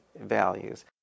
values